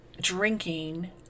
drinking